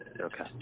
Okay